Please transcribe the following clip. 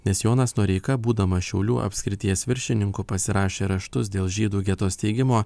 nes jonas noreika būdamas šiaulių apskrities viršininku pasirašė raštus dėl žydų geto steigimo